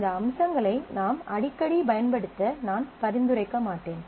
இந்த அம்சங்களை நாம் அடிக்கடி பயன்படுத்த நான் பரிந்துரைக்க மாட்டேன்